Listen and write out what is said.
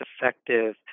effective